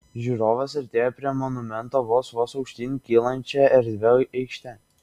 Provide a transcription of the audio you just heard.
žiūrovas artėja prie monumento vos vos aukštyn kylančia erdvia aikšte